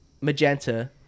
magenta